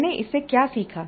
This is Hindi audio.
मैंने इससे क्या सीखा